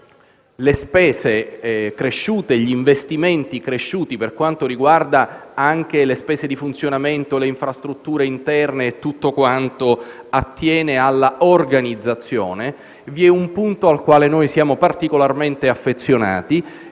all'aumento degli investimenti per quanto riguarda anche le spese di funzionamento, le infrastrutture interne e tutto quanto attiene alla organizzazione, vi è un punto al quale siamo particolarmente affezionati,